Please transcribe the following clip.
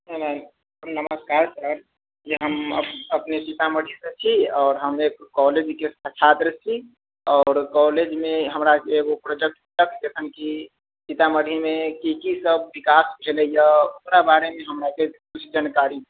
hello नमस्कार सभ की हम अप अपने सीतामढ़ीसँ छी आओर हम एक कॉलेजके छात्र छी आओर कॉलेजमे हमरा एगो प्रोजेक्ट भेटल कि सीतामढ़ीमे की की सभ विकास भेलैया ओकरा बारेमे हमराके किछु जानकारी